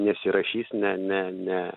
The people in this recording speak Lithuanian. nesirašys ne ne ne